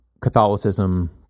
Catholicism